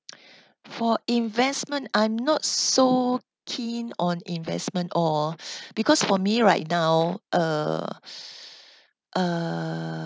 for investment I'm not so keen on investment or because for me right now uh uh